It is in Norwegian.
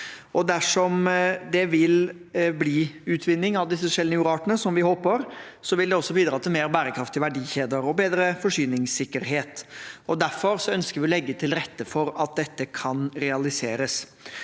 Dersom det vil bli utvinning av disse sjeldne jordartene, som vi håper, vil det også bidra til mer bærekraftige verdikjeder og bedre forsyningssikkerhet. Derfor ønsker vi å legge til rette for at dette kan realiseres.